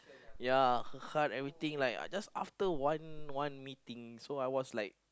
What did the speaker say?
ya heart everything like I just after one one meeting so I was like